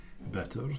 Better